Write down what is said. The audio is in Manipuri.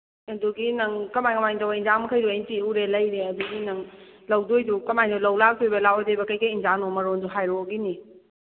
ꯑꯗꯨꯒꯤ ꯅꯪ ꯀꯃꯥꯏ ꯀꯃꯥꯏ ꯇꯧꯕ ꯏꯟꯖꯥꯡ ꯃꯈꯩꯗꯨ ꯑꯩ ꯊꯤꯔꯨꯔꯦ ꯂꯩꯔꯦ ꯑꯗꯨꯒꯤ ꯅꯪ ꯂꯧꯗꯣꯏꯗꯨ ꯀꯃꯥꯏꯅ ꯂꯧ ꯂꯥꯛꯇꯣꯏꯕ ꯂꯥꯛꯑꯣꯏꯗꯣꯏꯕ ꯀꯩꯀꯩ ꯏꯟꯖꯥꯡꯅꯣ ꯃꯔꯣꯜꯗꯨ ꯍꯥꯏꯔꯛꯑꯣ ꯑꯗꯨꯒꯤꯅꯤ